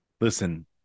Listen